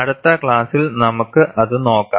അടുത്ത ക്ലാസ്സിൽ നമുക്ക് അത് നോക്കാം